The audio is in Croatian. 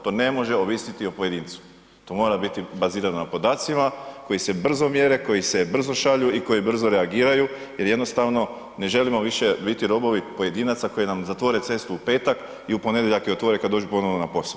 To ne može ovisiti o pojedincu, to mora biti bazirano na podacima koji se brzo mjere, koji se brzo šalju i koji brzo reagiraju jer jednostavno ne želimo više biti robovi pojedinaca koji nam zatvore cestu u petak i u ponedjeljak je otvore kad dođu ponovno na posao.